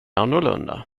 annorlunda